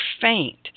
faint